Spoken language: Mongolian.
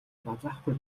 базаахгүй